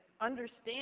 understand